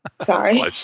Sorry